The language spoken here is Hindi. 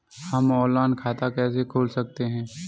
हम ऑनलाइन खाता कैसे खोल सकते हैं?